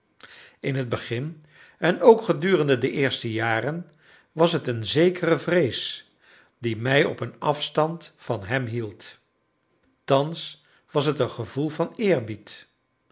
in het begin en ook gedurende de eerste jaren was het een zekere vrees die mij op een afstand van hem hield thans was het een gevoel van eerbied